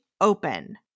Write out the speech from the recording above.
open